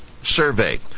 Survey